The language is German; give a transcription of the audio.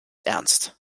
ernst